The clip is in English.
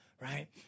right